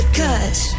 cause